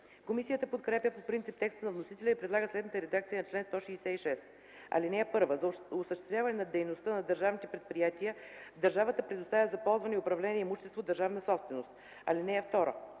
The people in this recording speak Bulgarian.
Комисията подкрепя по принцип текста на вносителя и предлага следната редакция на чл. 166: „Чл. 166. (1) За осъществяване на дейността на държавните предприятия държавата предоставя за ползване и управление имущество – държавна собственост. (2)